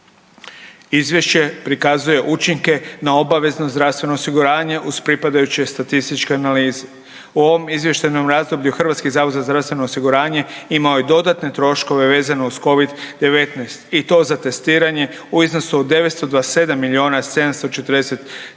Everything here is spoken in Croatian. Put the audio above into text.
Izvješće prikazuje učinke na obavezno zdravstveno osiguranje uz pripadajuće statističke analize. U ovom izvještajnom razdoblju HZZO imao je dodatne troškove vezano uz Covid-19 i to za testiranje u iznosu od 927 miliona 743 tisuće